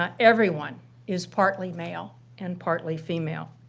um everyone is partly male and partly female.